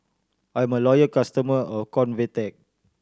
I'm a loyal customer of Convatec